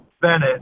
Bennett